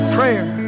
Prayer